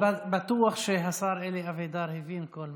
אבל בטוח שהשר אלי אבידר הבין כל מילה.